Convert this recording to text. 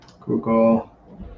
Google